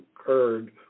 occurred